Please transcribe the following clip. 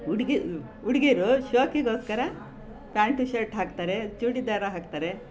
ಹುಡ್ಗಿ ಹುಡ್ಗೀರು ಶೋಕಿಗೋಸ್ಕರ ಪ್ಯಾಂಟ್ ಶರ್ಟ್ ಹಾಕ್ತಾರೆ ಚೂಡಿದಾರ ಹಾಕ್ತಾರೆ